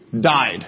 died